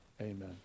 amen